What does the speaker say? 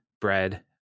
bread